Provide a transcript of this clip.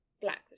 black